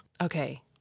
Okay